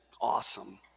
awesome